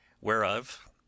whereof